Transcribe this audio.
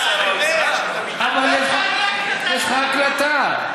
אבל יש לך הקלטה,